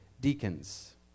deacons